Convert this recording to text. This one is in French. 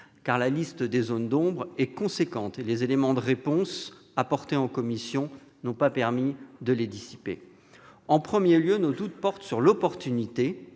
car la liste des zones d'ombre est importante et les éléments de réponse apportés en commission n'ont pas permis de les dissiper. En premier lieu, nos doutes portent sur l'opportunité,